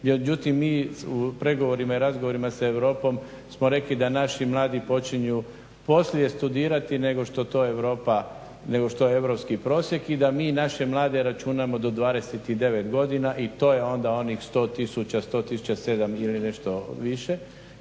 Međutim, mi u pregovorima i razgovorima s Europom smo rekli da naši mladi počinju poslije studirati nego što to Europa, nego što je Europski prosjek i da mi naše mlade računamo do 29 godina i to je onda onih 100 tisuća, 107 ili nešto više.